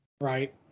Right